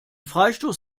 freistoß